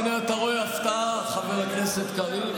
הינה, אתה רואה, הפתעה, חבר הכנסת קריב.